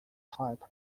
types